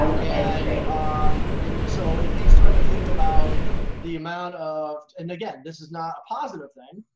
and um and so if you start to think about the amount of. and again, this is not a positive thing.